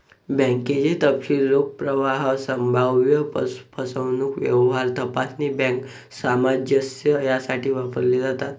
बँकेचे तपशील रोख प्रवाह, संभाव्य फसवणूक, व्यवहार तपासणी, बँक सामंजस्य यासाठी वापरले जातात